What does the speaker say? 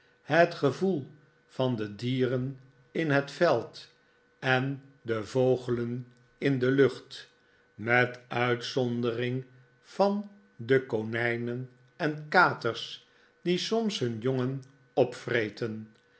opnieuw bedreigd van de dier en in het veld en de vogelen in de lucht met uitzondering van de konijnen en katers die soms hun jongen opvreten